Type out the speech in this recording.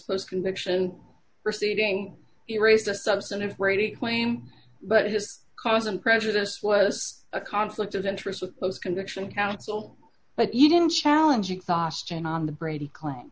supposed conviction receiving to raise the substantive rating claim but his cousin presidents was a conflict of interest with those conviction counsel but you didn't challenge exhaustion on the brady claim